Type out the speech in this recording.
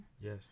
Yes